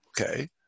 Okay